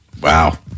Wow